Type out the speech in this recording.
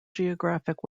geographic